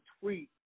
tweet